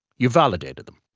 you validated them.